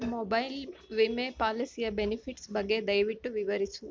mobile ವಿಮೆ ಪಾಲಿಸಿಯ benefits ಬಗ್ಗೆ ದಯವಿಟ್ಟು ವಿವರಿಸು